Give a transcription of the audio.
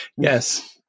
yes